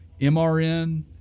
MRN